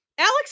Alex